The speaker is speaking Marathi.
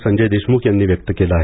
संजय देशमुख यांनी व्यक्त केलं आहे